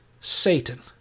Satan